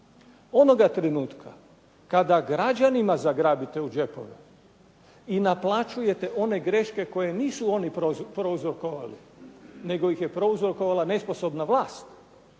Onoga trenutka kada građanima zagrabite u džepove i naplaćujete one greške koje nisu oni prouzrokovali, nego ih prouzrokovala nesposobna vlast,